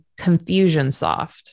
Confusionsoft